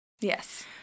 Yes